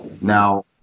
Now